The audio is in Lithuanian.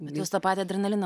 bet jos tą patį adrenaliną